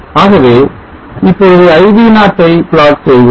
ஆகவே இப்பொழுது i v0 ஐ plot செய்வோம்